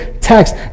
text